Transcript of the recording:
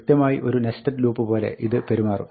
കൃത്യമായി ഒരു nested loop പോലെ ഇത് പെരുമാറും